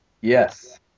Yes